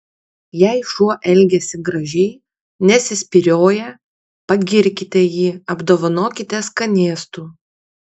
jei šuo elgiasi gražiai nesispyrioja pagirkite jį apdovanokite skanėstu